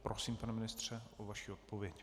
Prosím, pane ministře o vaši odpověď.